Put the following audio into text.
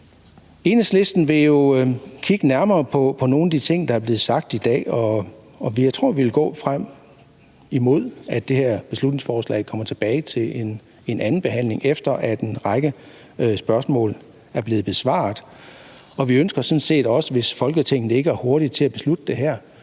Enhedslisten vil kigge nærmere på nogle af de ting, der er blevet sagt i dag, og jeg tror, at vi vil gå frem imod, at det her beslutningsforslag kommer tilbage til en andenbehandling, efter at en række spørgsmål er blevet besvaret. Vi ønsker sådan set også, hvis Folketinget ikke er hurtige til at beslutte det her,